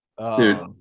Dude